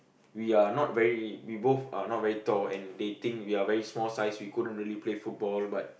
we are not very we both are not very tall and they think we are very small size we couldn't really play football but